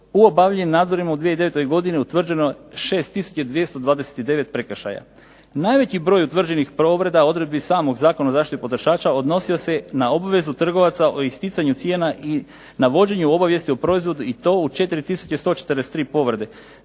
obavljenim nadzorima u 2009. godini utvrđeno je 6 tisuća 229 prekršaja. Najveći broj utvrđenih povreda odredbi samog Zakona o zaštiti potrošača odnosio se na obvezu trgovaca o isticanju cijena i navođenju obavijesti o proizvodu i to u 4 tisuće